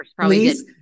please